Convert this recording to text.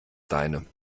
deine